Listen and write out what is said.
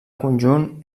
conjunt